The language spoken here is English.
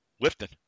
Lifting